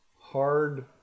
hard